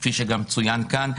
כפי שגם צוין כאן,